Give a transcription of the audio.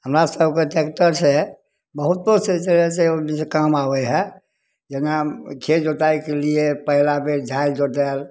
हमरासभके ट्रैकटरसे बहुतो तरहसे काम आबै हइ जेना खेत जोताइके लिए पहिला बेर झालि जोताएल